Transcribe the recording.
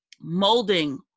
molding